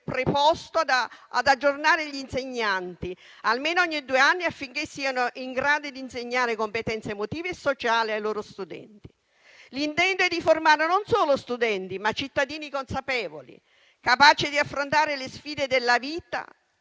preposto ad aggiornare gli insegnanti almeno ogni due anni, affinché siano in grado di insegnare competenze emotive e sociali ai loro studenti. L'intento è di formare non solo studenti, ma cittadini consapevoli, capaci di affrontare le sfide della vita